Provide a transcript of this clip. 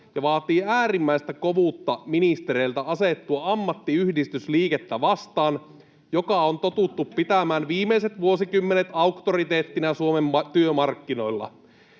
Vaatii äärimmäistä kovuutta ministereiltä asettua ammattiyhdistysliikettä vastaan, jota on totuttu pitämään viimeiset vuosikymmenet auktoriteettina Suomen työmarkkinoilla.